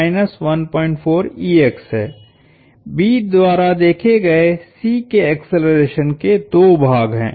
B द्वारा देखे गए C के एक्सेलरेशन के दो भाग हैं